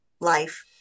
life